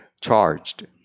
charged